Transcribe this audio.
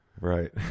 Right